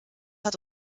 hat